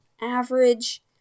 average